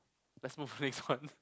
let's move to next one